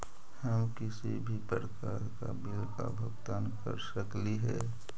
हम किसी भी प्रकार का बिल का भुगतान कर सकली हे?